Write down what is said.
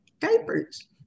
diapers